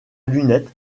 lunettes